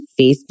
Facebook